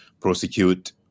prosecute